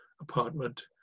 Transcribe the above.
apartment